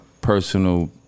personal